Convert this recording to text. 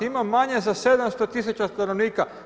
Ima manje za 700 000 stanovnika.